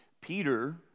Peter